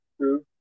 True